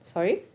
sorry